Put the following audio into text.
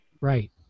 Right